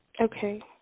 Okay